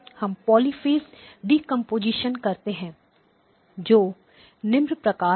हम polyphase decomposition करते हैं जो निम्न प्रकार है